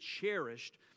cherished